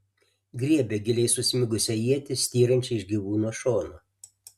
griebė giliai susmigusią ietį styrančią iš gyvūno šono